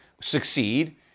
succeed